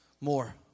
more